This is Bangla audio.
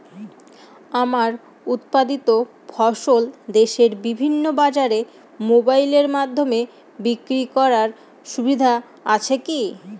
আমার উৎপাদিত ফসল দেশের বিভিন্ন বাজারে মোবাইলের মাধ্যমে বিক্রি করার সুবিধা আছে কি?